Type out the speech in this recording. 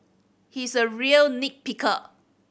he is a real nit picker